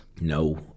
no